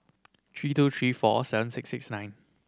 three two three four seven six six nine